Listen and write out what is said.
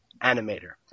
animator